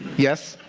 yes,